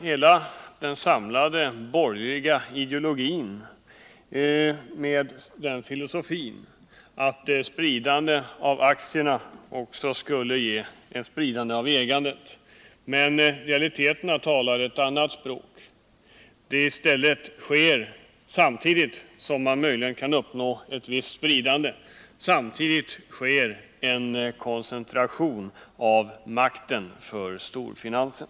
Hela den samlade borgerligheten slöt upp bakom filosofin att ett spridande av aktierna också skulle ge ett spridande av ägandet. Men verkligheten talar ett annat språk. Samtidigt som ett visst spridande av aktier möjligen kan ha uppnåtts har det skett en koncentration av makten till storfinansen.